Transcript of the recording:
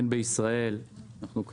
מדינת ישראל קיימת